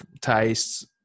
tastes